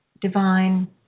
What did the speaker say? divine